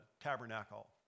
tabernacle